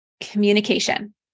Communication